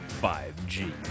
5G